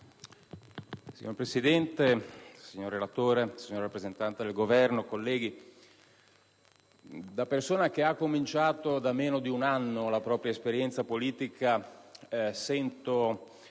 Signor Presidente, signor relatore, signor rappresentante del Governo, colleghi, da persona che ha cominciato da meno di un anno la propria esperienza politica sento